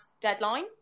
deadline